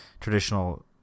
traditional